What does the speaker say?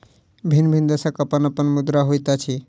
भिन्न भिन्न देशक अपन अपन मुद्रा होइत अछि